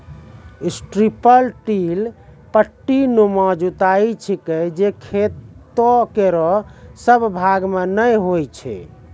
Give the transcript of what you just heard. strip till पट्टीनुमा जुताई छिकै जे खेतो केरो सब भाग म नै होय छै